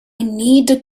needed